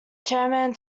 chairman